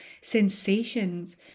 sensations